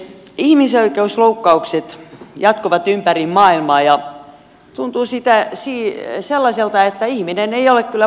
ihmisoikeusloukkaukset jatkuvat ympäri maailmaa ja tuntuu sellaiselta että ihminen ei ole kyllä paremmaksi tullut